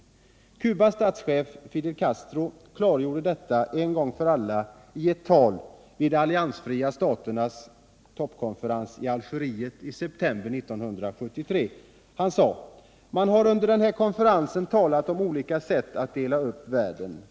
Cubas statschef, Fidel Castro, klargjorde detta en gång för alla i ett tal vid de alliansfria staternas toppkonferens i Algeriet i september 1973. Han sade: ”Man har under denna konferens talat om olika sätt att dela upp världen.